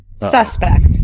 Suspect